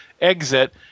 exit